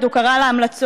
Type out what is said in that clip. הוא קרא להמלצות.